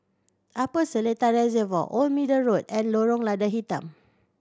Upper Seletar Reservoir Old Middle Road and Lorong Lada Hitam